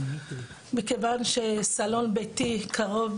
מכיוון שסלון ביתי קרוב